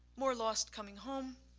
more lost coming home.